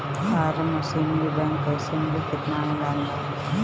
Form machinery bank कैसे मिली कितना अनुदान बा?